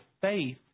faith